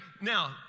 Now